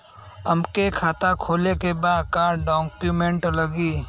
हमके खाता खोले के बा का डॉक्यूमेंट लगी?